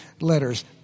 letters